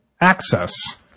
access